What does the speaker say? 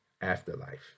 afterlife